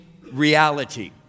reality